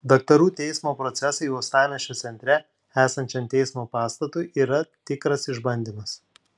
daktarų teismo procesai uostamiesčio centre esančiam teismo pastatui yra tikras išbandymas